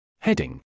Heading